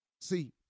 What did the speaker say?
See